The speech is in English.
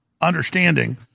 understanding